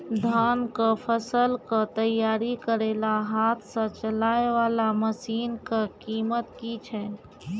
धान कऽ फसल कऽ तैयारी करेला हाथ सऽ चलाय वाला मसीन कऽ कीमत की छै?